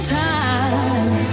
time